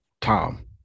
Tom